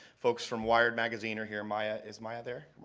folks from wired magazine are here. maya is maya there?